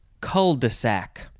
cul-de-sac